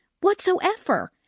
whatsoever